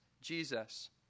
Jesus